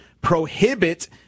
prohibit